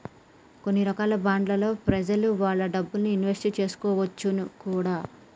కొన్ని రకాల బాండ్లలో ప్రెజలు వాళ్ళ డబ్బుల్ని ఇన్వెస్ట్ చేసుకోవచ్చును కూడా